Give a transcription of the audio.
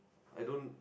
I don't